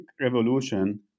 revolution